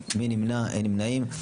כי הם שניהם מתקנים את חוק הגנה על